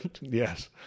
Yes